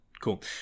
Cool